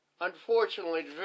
unfortunately